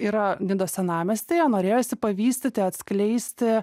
yra nidos senamiestyje norėjosi pavystyti atskleisti